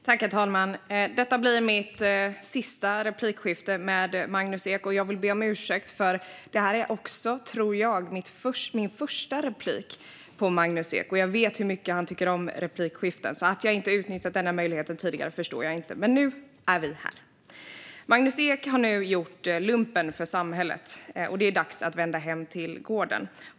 Herr talman! Detta blir mitt sista replikskifte med Magnus Ek. För det vill jag be om ursäkt, för det är också, tror jag, min första replik på Magnus Ek. Jag vet ju hur mycket han tycker om replikskiften, så jag förstår inte att jag inte utnyttjat denna möjlighet tidigare. Men nu är vi här. Magnus Ek har nu gjort lumpen för samhället, och det är dags att vända hem till gården.